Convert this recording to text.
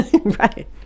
Right